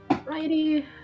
Righty